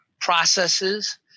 processes